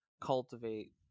cultivate